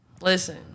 Listen